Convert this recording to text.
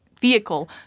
vehicle